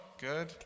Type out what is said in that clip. Good